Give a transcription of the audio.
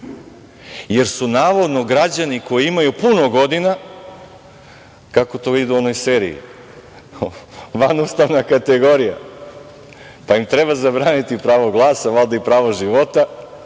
jer su, navodno, građani koji imaju puno godina, kako to ide u onoj seriji, vanustavna kategorija, pa im treba zabraniti pravo glasa, valjda i pravo života,